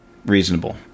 Reasonable